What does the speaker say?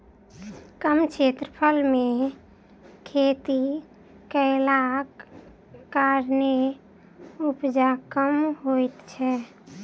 कम क्षेत्रफल मे खेती कयलाक कारणेँ उपजा कम होइत छै